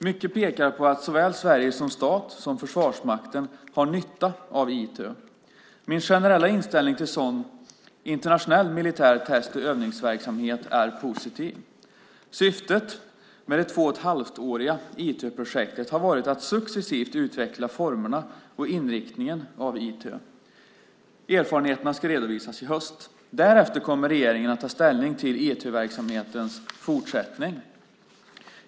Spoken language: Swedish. Mycket pekar på att såväl Sverige som stat som Försvarsmakten har nytta av ITÖ. Min generella inställning till internationell militär test och övningsverksamhet är positiv. Syftet med det två och ett halvt-åriga ITÖ-projektet har varit att successivt utveckla formerna och inriktningen av ITÖ. Erfarenheterna ska redovisas i höst. Därefter kommer regeringen att ta ställning till ITÖ-verksamhetens fortsättning.